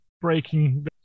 breaking